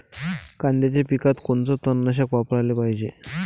कांद्याच्या पिकात कोनचं तननाशक वापराले पायजे?